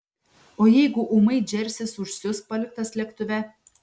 o jeigu ūmai džersis užsius paliktas lėktuve